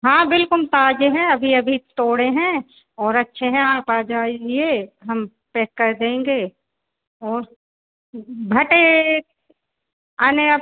हाँ बिल्कुल ताजे हैं अभी अभी तोड़े हैं ओर अच्छे हैं आप आ जाइए हम पेक कर देंगे ओर भटे आने अप